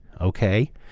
Okay